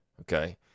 okay